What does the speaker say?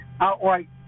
outright